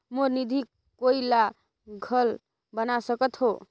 मोर निधि कोई ला घल बना सकत हो?